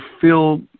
feel